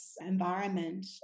environment